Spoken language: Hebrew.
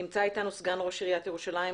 נמצא איתנו סגן ראש עיריית ירושלים,